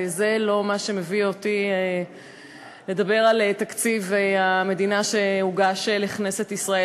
זה לא מה שמביא אותי לדבר על תקציב המדינה שהוגש לכנסת ישראל.